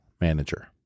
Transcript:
manager